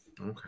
Okay